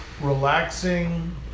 relaxing